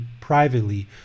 privately